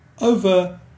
over